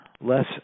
less